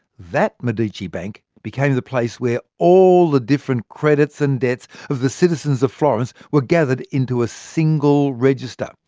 that medici bank became the place where all the different credits and debts of the citizens of florence were gathered into a single register.